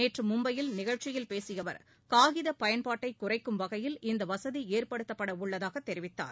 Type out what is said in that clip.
நேற்றுமும்பையில் நிகழ்ச்சியில் பேசியஅவர் காகிதப் பயன்பாட்டைகுறைக்கும் வகையில் இந்தவசதிஏற்படுத்தப்படஉள்ளதாகத் தெரிவித்தார்